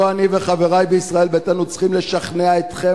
אני וחברי בישראל ביתנו צריכים לשכנע אתכם